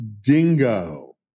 DINGO